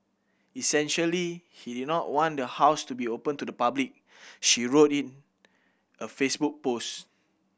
essentially he did not want the house to be open to the public she wrote in a Facebook post